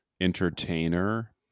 entertainer